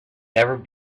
never